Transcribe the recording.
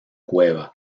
cueva